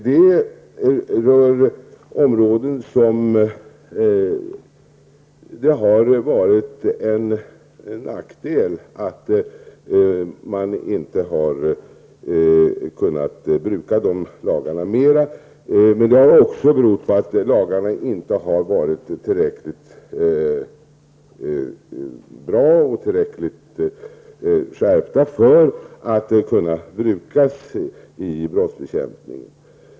Det gäller områden där det har inneburit en nackdel att man inte har kunnat bruka dessa lagar mer. Men detta har också berott på att lagarna inte har varit tillräckligt bra och tillräckligt skärpta för att kunna brukas i brottsbekämpning.